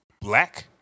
Black